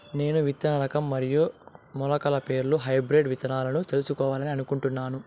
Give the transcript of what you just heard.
నేను విత్తన రకం మరియు మొలకల పేర్లు హైబ్రిడ్ విత్తనాలను తెలుసుకోవాలని అనుకుంటున్నాను?